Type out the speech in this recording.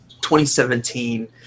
2017